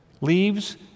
leaves